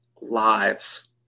lives